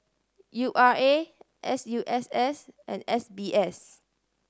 U R A S U S S and S B S